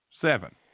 Seven